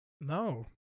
No